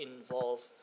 involve